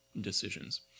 decisions